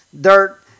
dirt